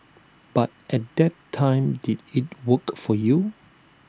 but at that time did IT work for you